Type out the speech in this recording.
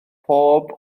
pob